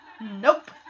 Nope